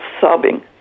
sobbing